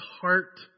heart